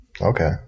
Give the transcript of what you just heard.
Okay